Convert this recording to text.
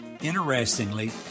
Interestingly